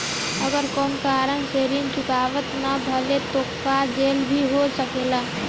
अगर कौनो कारण से ऋण चुकता न भेल तो का जेल भी हो सकेला?